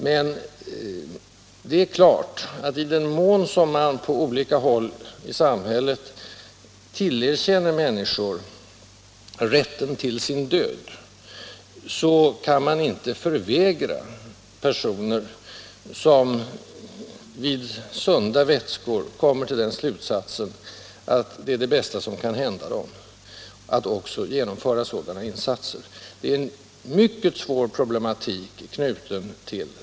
Men klart är att i den mån man på olika håll i samhället är beredd att tillerkänna män niskor rätten till sin död kan man inte vägra personer, som vid sunda vätskor kommit till den slutsatsen att detta är det bästa som kan hända dem, att ta sitt liv. Det är, menar jag, en mycket svår problematik inbäddad i denna fråga.